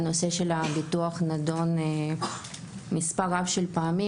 נושא הביטוח נדון מספר רב של פעמים,